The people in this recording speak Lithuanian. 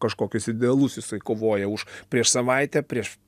kažkokius idealus jisai kovoja už prieš savaitę prieš